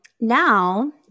now